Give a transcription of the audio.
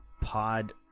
Pod